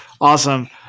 Awesome